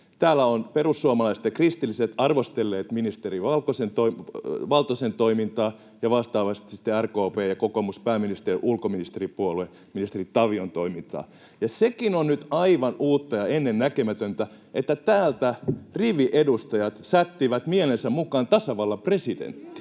Täällä ovat perussuomalaiset ja kristilliset arvostelleet ministeri Valtosen toimintaa ja vastaavasti sitten RKP ja kokoomus — pääministeri- ja ulkoministeripuolue — ministeri Tavion toimintaa. Ja sekin on nyt aivan uutta ja ennennäkemätöntä, että täältä riviedustajat sättivät mielensä mukaan tasavallan presidenttiä.